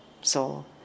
soul